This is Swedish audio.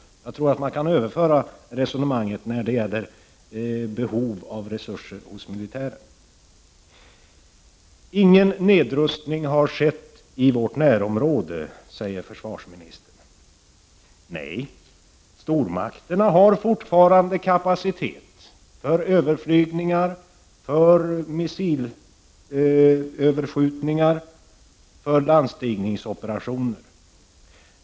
Jag tror att man kan överföra det resonemanget till att gälla behovet av resurser hos militären. Ingen nedrustning har skett i vårt närområde, säger försvarsministern. Nej, stormakterna har fortfarande kapacitet för överflygningar, för missilöverskjutningar och för landstigningsoperationer.